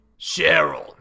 Cheryl